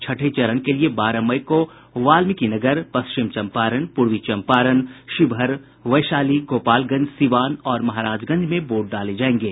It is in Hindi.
छठे चरण के लिए बारह मई को वाल्मीकिनगर पश्चिम चंपारण पूर्वी चंपारण शिवहर वैशाली गोपालगंज सीवान और महाराजगंज में वोट डाले जायेंगे